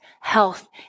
health